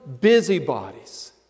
busybodies